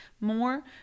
more